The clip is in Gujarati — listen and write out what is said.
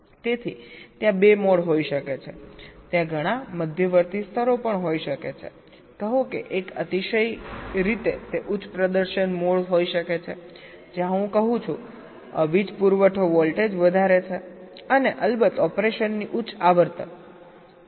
તેથી ત્યાં બે મોડ હોઈ શકે છે ત્યાં ઘણા મધ્યવર્તી સ્તરો પણ હોઈ શકે છે કહો કે એક અતિશય રીતે તે ઉચ્ચ પ્રદર્શન મોડ હોઈ શકે છે જ્યાં હું કહું છું વીજ પુરવઠો વોલ્ટેજ વધારે છે અને અલબત્ત ઓપરેશનની ઉચ્ચ આવર્તન